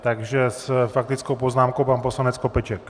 Takže s faktickou poznámkou pan poslanec Skopeček.